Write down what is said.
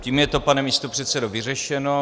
Tím je to, pane místopředsedo, vyřešeno.